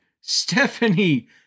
Stephanie